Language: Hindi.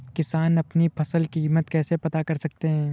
किसान अपनी फसल की कीमत कैसे पता कर सकते हैं?